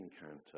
encounter